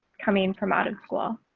coming from out of school.